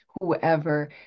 whoever